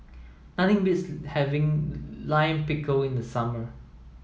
nothing beats having Lime Pickle in the summer